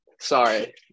Sorry